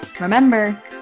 Remember